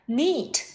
neat